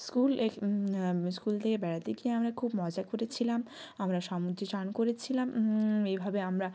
school এখ্ school থেকে বেড়াতে গিয়ে আমরা খুব মজা করেছিলাম আমরা সমুদ্রে চান করেছিলাম এইভাবে আমরা